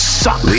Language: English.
suck